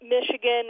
Michigan